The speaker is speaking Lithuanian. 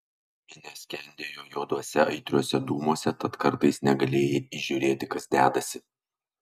minia skendėjo juoduose aitriuose dūmuose tad kartais negalėjai įžiūrėti kas dedasi